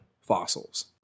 fossils